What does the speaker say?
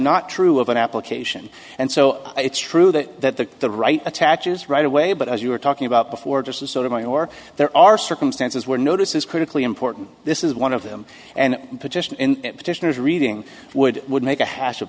not true of an application and so it's true that the right attaches right away but as you were talking about before just the sort of thing or there are circumstances where notice is critically important this is one of them and petitioners reading would would make a has